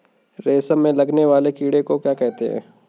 रेशम में लगने वाले कीड़े को क्या कहते हैं?